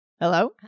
Hello